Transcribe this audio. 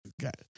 got